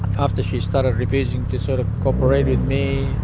after she started refusing to sort of co-operate with me,